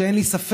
שאין לי ספק